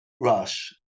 rush